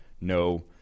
No